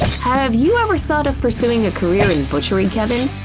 have you ever thought of pursuing a career in butchery, kevin?